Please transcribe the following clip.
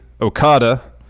Okada